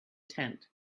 tent